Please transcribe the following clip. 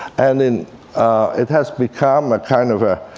and and it has become a kind of a